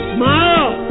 Smile